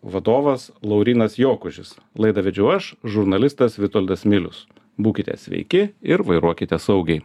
vadovas laurynas jokužis laidą vedžiau aš žurnalistas vitoldas milius būkite sveiki ir vairuokite saugiai